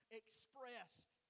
expressed